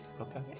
Okay